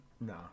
No